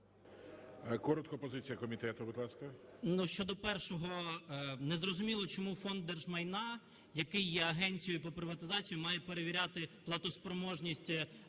Коротко позиція комітету, будь ласка. 14:58:29 МОВЧАН О.В. Ну щодо першого, незрозуміло, чому Фонд держмайна, який є агенцією по приватизації, має перевіряти платоспроможність